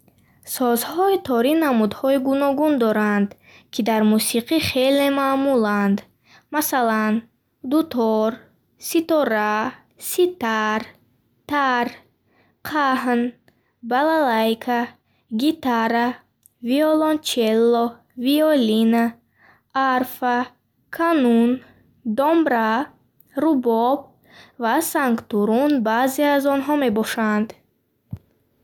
Созҳои торӣ намудҳои гуногун доранд, ки дар мусиқӣ хеле маъмуланд. Масалан, дутор, ситора, ситар, тар, қаҳн, балалайка, гитара, виолончелло, виолина, арфа, канун, домбра, рубоб ва сангтурун баъзе аз онҳо мебошанд.